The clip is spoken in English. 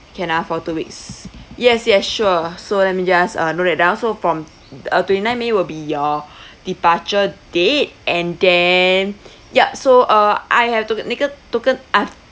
can ah for two weeks yes yes sure so let me just uh note that down so from uh twenty nine may will be your departure date and then yup so uh I have took a make a took a I've